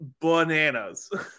bananas